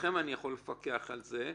אצלכם אני יכול לפקח על זה,